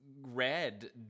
red